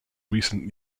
recent